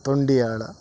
ತೊಂಡಿಯಾಳ